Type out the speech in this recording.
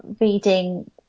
reading